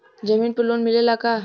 जमीन पर लोन मिलेला का?